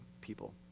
people